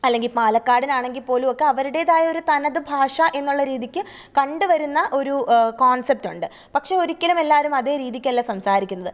അല്ലെങ്കിൽ പാലക്കാടിനാണെങ്കിൽപ്പോലും ഒക്കെ അവരുടേതായ ഒരു തനത് ഭാഷ എന്നുള്ള രീതിയ്ക്ക് കണ്ട് വരുന്ന ഒരു കോണ്സെപ്റ്റൊണ്ട് പക്ഷെ ഒരിക്കലും എല്ലാവരും അതേ രീതിക്കല്ല സംസാരിക്കുന്നത്